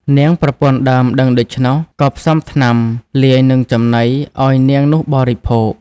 នាងប្រពន្ធដើមដឹងដូច្នោះ ក៏ផ្សំថ្នាំលាយនឹង ចំណីឲ្យនាងនោះបរិភោគ។